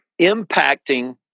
impacting